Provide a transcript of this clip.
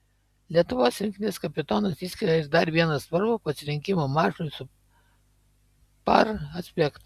lietuvos rinktinės kapitonas išskiria ir dar vieną svarbų pasirengimo mačui su par aspektą